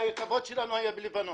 הכבוד שלנו היה בלבנון,